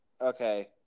Okay